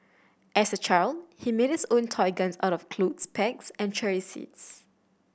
as a child he made his own toy guns out of clothes pegs and cherry seeds